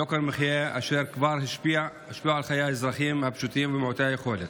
ויוקר המחיה כבר השפיע על חיי האזרחים הפשוטים ומעוטי היכולת.